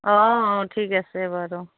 অঁ অঁ ঠিক আছে বাৰু